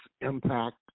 impact